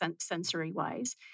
sensory-wise